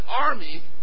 army